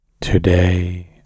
Today